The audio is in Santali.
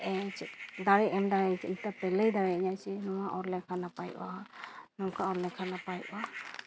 ᱪᱮᱫ ᱫᱟᱲᱮᱭ ᱮᱢ ᱫᱟᱲᱮᱭᱟᱹᱧᱟᱹ ᱪᱮᱫ ᱞᱮᱠᱟ ᱯᱮ ᱞᱟᱹᱭ ᱫᱟᱲᱮᱭᱟᱹᱧᱟᱹ ᱡᱮ ᱱᱚᱣᱟ ᱚᱞ ᱞᱮᱠᱷᱟᱱ ᱱᱟᱯᱟᱭᱚᱜᱼᱟ ᱱᱚᱝᱠᱟ ᱚᱞ ᱞᱮᱠᱷᱟᱱ ᱱᱟᱯᱟᱭᱚᱜᱼᱟ